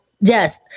Yes